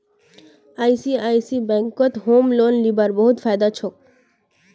ICICI बैंकत home loan लीबार बहुत फायदा छोक